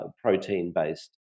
protein-based